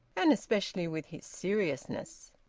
and especially with his seriousness.